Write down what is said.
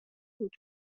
بود